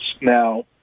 Now